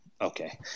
Okay